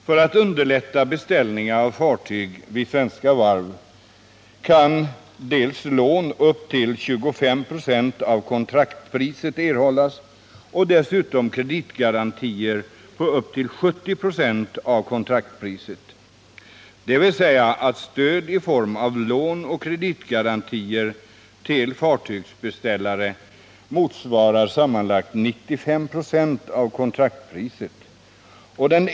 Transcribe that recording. För att underlätta beställningar av fartyg vid Svenska Varv kan lån på upp till 25 96 av kontraktpriset erhållas och dessutom kreditgarantier på upp till 70 26 av kontraktpriset, dvs. stödet i form av lån och kreditgarantier till fartygsbeställare motsvarar 95 96 av kontraktpriset.